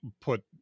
put